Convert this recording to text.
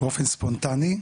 באופן ספונטני,